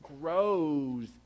grows